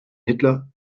hitler